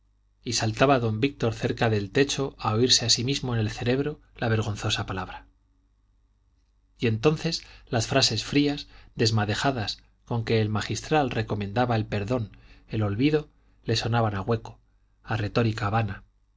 y saltaba don víctor cerca del techo al oírse a sí mismo en el cerebro la vergonzosa palabra y entonces las frases frías desmadejadas con que el magistral recomendaba el perdón el olvido le sonaban a hueco a retórica vana